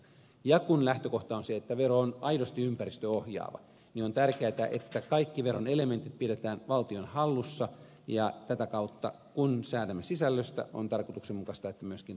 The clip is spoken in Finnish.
ja kun lähtökohta on se että vero on aidosti ympäristöohjaava on tärkeätä että kaikki veron elementit pidetään valtion hallussa ja tätä kautta kun säädämme sisällöstä on tarkoituksenmukaista että myöskin tuotto tulee valtiolle